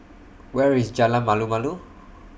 Where IS Jalan Malu Malu